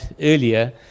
earlier